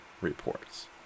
reports